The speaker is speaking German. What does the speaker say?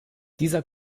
dieser